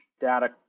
data